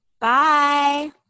Bye